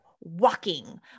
walking